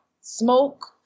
smoke